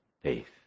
faith